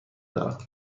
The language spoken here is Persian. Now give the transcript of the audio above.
دارم